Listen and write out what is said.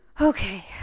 Okay